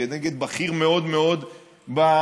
כנגד בכיר מאוד מאוד במשטרה.